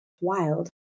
wild